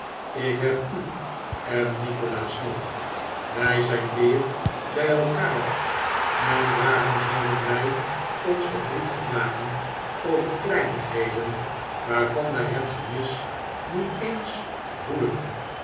ik heb u en nikolaas nogi wij zijn weer bij elkaar en waarom zouden wij ons verdrietig maken over kleinigheden waarvan wij het gemis niet eens voelen